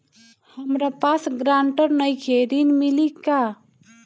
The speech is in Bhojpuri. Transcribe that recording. हमरा पास ग्रांटर नईखे ऋण मिली का?